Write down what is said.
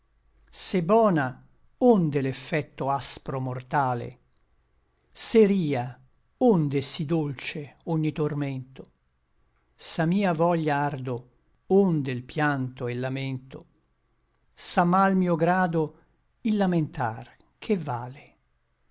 bona onde l'effecto aspro mortale se ria onde sí dolce ogni tormento s'a mia voglia ardo onde l pianto e lamento s'a mal mio grado il lamentar che vale